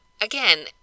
again